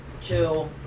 kill